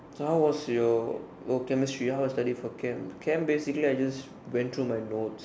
so how was your oh chemistry how I study for Chem Chem basically I just went through my notes